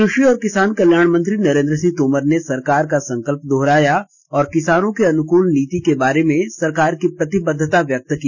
कृषि और किसान कल्याण मंत्री नरेन्द्र सिंह तोमर ने सरकार का संकल्प दोहराया और किसानों के अनुकूल नीति के बारे में सरकार की प्रतिबद्धता व्यक्त की